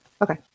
Okay